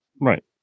Right